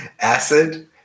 acid